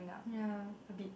ya a bit